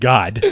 God